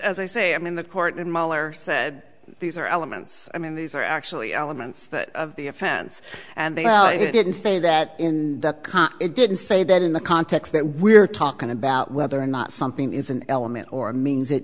as i say i mean the court mahler said these are elements i mean these are actually elements of the offense and they well you didn't say that in it didn't say that in the context that we're talking about whether or not something is an element or means